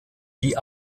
die